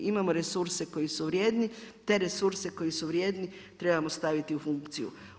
Imamo resurse koji su vrijedni, te resurse koji su vrijedni trebamo staviti u funkciju.